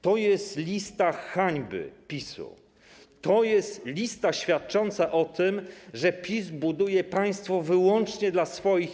To jest lista hańby PiS-u, to jest lista świadcząca o tym, że PiS buduje państwo wyłącznie dla swoich.